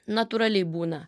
natūraliai būna